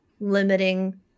limiting